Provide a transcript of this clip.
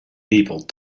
people